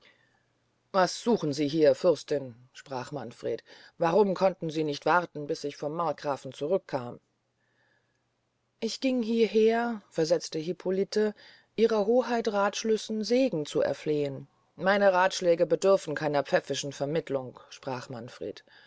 was suchen sie hier fürstin sprach manfred warum konnten sie nicht warten bis ich vom markgrafen zurückkam ich ging hieher versetzte hippolite ihrer hoheit rathschlüssen segen zu erflehen meine rathschläge bedürfen keiner pfäffischen vermittelung sprach manfred